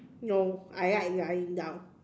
no I like lying down